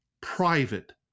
private